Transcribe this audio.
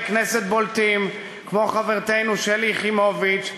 כנסת בולטים כמו חברתנו שלי יחימוביץ,